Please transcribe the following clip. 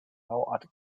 bauart